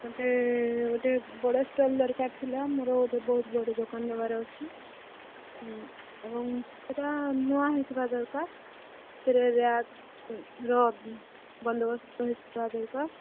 ମୋତେ ଗୋଟେ ବଡ଼ ଷ୍ଟଲ୍ ଦରକାର ଥିଲା ମୋର ଗୋଟେ ବହୁତ ବଡ଼ ଦୋକାନ ଦେବାର ଅଛି ଏବଂ ସେଇଟା ନୂଆ ହେଇଥିବା ଦରକାର ସେଥିରେ ରାକ୍ର ବନ୍ଦୋବସ୍ତ ହେଇଥିବା ଦରକାର